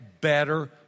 better